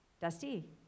Dusty